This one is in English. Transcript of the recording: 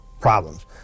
problems